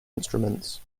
instruments